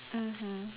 mmhmm